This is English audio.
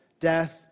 death